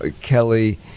Kelly